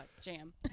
jam